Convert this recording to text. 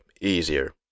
easier